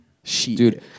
Dude